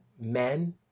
Men